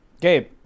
Gabe